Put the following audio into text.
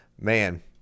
man